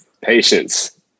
Patience